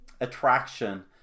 attraction